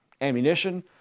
ammunition